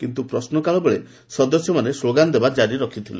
କିନ୍ତୁ ପ୍ରଶ୍ନକାଳ ବେଳେ ସଦସ୍ୟମାନେ ସ୍ଲୋଗାନ ଦେବା ଜାରି ରଖିଥିଲେ